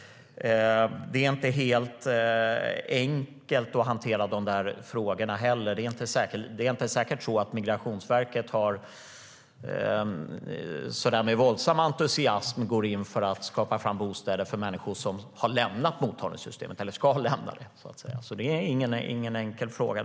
Det är inte helt enkelt att hantera dessa frågor. Det är inte säkert att Migrationsverket med särskilt stor entusiasm går in för att skaka fram bostäder åt människor som har lämnat mottagningssystemet eller ska lämna det. Det är alltså ingen enkel fråga.